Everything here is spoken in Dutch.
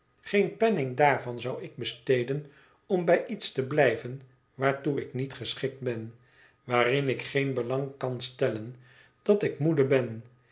geen penning daarvan zou ik besteden om bij iets te blijven waartoe ik niet geschikt ben waarin ik geen belang kan stellen dat ik moede ben